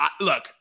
look